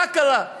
מה קרה?